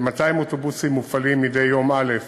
כ-200 אוטובוסים מופעלים מדי יום א',